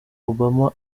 obama